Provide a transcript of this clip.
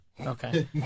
Okay